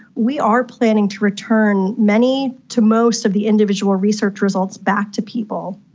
we are planning to return many to most of the individual research results back to people.